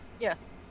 Yes